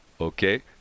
okay